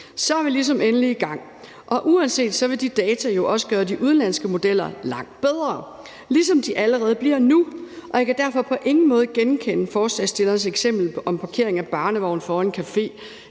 Så er vi ligesom endelig i gang. Uanset hvad vil de data jo også gøre de udenlandske modeller langt bedre, ligesom de allerede bliver nu. Jeg kan derfor på ingen måde genkende forslagsstillernes eksempel med parkering af barnevogne foran en